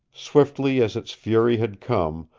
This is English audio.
swiftly as its fury had come,